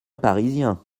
parisien